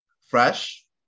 fresh